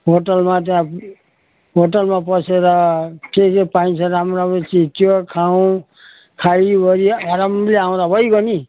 होटलमा त्यहाँ होटलमा पसेर के के पाइन्छ राम्रो राम्रो चिज त्यो खाउँ खाइवरी आरामले आउँदा भइगयो नि